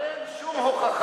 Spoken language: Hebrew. אין שום הוכחה.